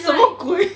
什么鬼